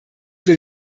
will